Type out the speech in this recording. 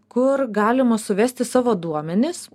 kur galima suvesti savo duomenis